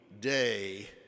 day